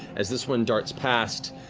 as this one darts past,